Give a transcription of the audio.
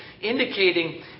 indicating